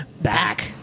back